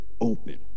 open